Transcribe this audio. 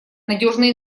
надежной